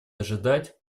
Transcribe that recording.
ожидать